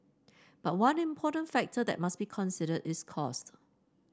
but one important factor that must be considered is cost